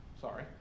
sorry